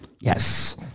Yes